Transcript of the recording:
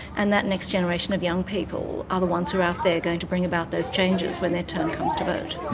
and that next generation of young people are the ones who are out there and are going to bring about those changes when their turn comes to vote.